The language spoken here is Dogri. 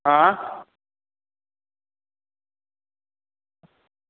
ऐं